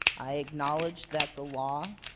i acknowledged that the law.